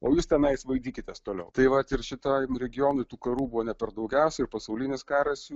o jūs tenais vaidykitės toliau tai vat ir šitam regione karų buvo ne per daugiausia ir pasaulinis karas jų